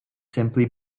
simply